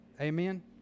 Amen